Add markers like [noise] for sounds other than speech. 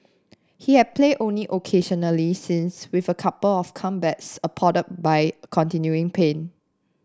he has played only occasionally since with a couple of comebacks [unintelligible] by continuing pain